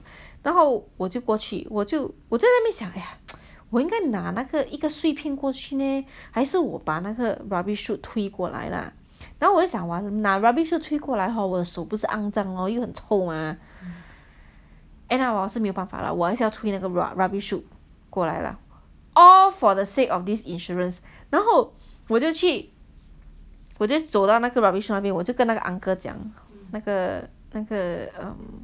然后我就过去我就我在那边想 eh 我应该拿一个碎片过去呢还是我把那个 rubbish chute 推过来 lah 然后我就没想拿 rubbish chute 推过来 hor 我的手不是肮脏 lor 又很臭 mah end up 还是没有办法 lah 我是要推那个 rubbish chute 过来 lah all for the sake of this insurance 然后我就去我就走到那个 rubbish chute 那边我就跟那个 uncle 讲那个那个 um